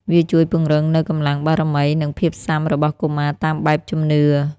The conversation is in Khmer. វាជួយពង្រឹងនូវកម្លាំងបារមី និងភាពស៊ាំរបស់កុមារតាមបែបជំនឿ។